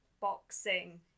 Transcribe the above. boxing